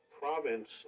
province